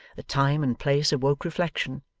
the time and place awoke reflection,